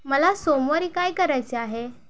मला सोमवारी काय करायचे आहे